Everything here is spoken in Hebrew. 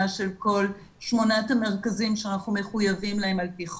של כל שמונת המרכזים שאנחנו מחויבים להם על פי חוק.